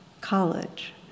college